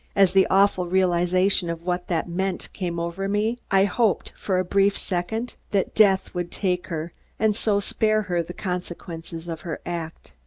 as the awful realization of what that meant came over me, i hoped, for a brief second, that death would take her and so spare her the consequences of her act.